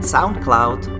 SoundCloud